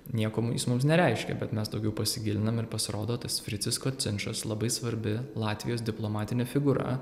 nieko mu jis mums nereiškia bet mes daugiau pasigilinam ir pasirodo tas fricas kocinčas labai svarbi latvijos diplomatinė figūra